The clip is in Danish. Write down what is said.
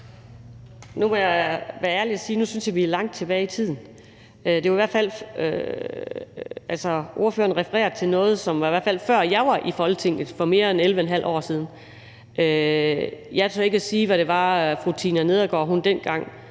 Nu må jeg være ærlig og sige, at jeg synes, at vi er langt tilbage i tiden nu. Ordføreren refererer i hvert fald til noget, som skete, før jeg var i Folketinget. Det var mere end 11½ år siden. Jeg tør ikke at sige, hvad det var, fru Tina Nedergaard dengang